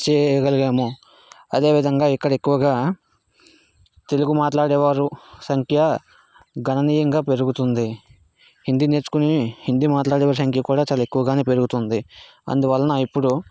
చేయగలిగాము అదే విధంగా ఇక్కడెక్కువగా తెలుగు మాట్లాడేవారు సంఖ్య గణనీయంగా పెరుగుతుంది హిందీ నేర్చుకోని హిందీ మాట్లాడేవారి సంఖ్య కూడా చాలా ఎక్కునగానే పెరుగుతుంది అందులన ఇప్పుడు